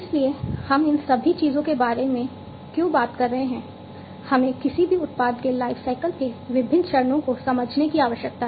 इसलिए हम इन सभी चीजों के बारे में क्यों बात कर रहे हैं हमें किसी भी उत्पाद के लाइफसाइकिल के विभिन्न चरणों को समझने की आवश्यकता है